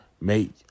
Make